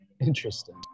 Interesting